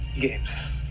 games